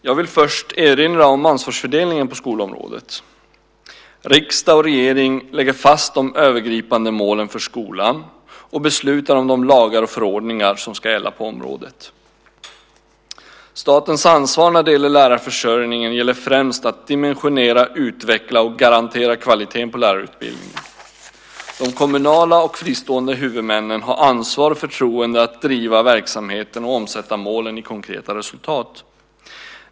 Jag vill först erinra om ansvarsfördelningen på skolområdet. Riksdag och regering lägger fast de övergripande målen för skolan och beslutar om de lagar och förordningar som ska gälla på området. Statens ansvar när det gäller lärarförsörjningen gäller främst att dimensionera, utveckla och garantera kvaliteten på lärarutbildningen. De kommunala och fristående huvudmännen har ansvar och förtroende att driva verksamheten och omsätta målen i konkreta resultat.